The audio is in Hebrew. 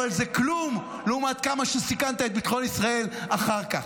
אבל זה כלום לעומת כמה שסיכנת את ביטחון ישראל אחר כך.